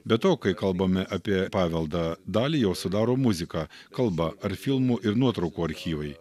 be to kai kalbame apie paveldą dalį jo sudaro muzika kalba ar filmų ir nuotraukų archyvai